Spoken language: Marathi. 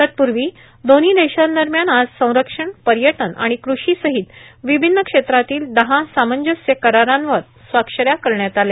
तत्पूर्वी दोन्ही देशांदरम्यान आज संरक्षण पर्यटन आणि कृषी सहित विभिन्न क्षेत्रातील दहा सामंजस्य करारांवर स्वाक्षऱ्या करण्यात आल्या